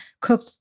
cook